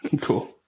Cool